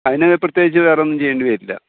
അതിന് പ്രത്യേകിച്ച് വേറൊന്നും ചെയ്യേണ്ടിവരില്ല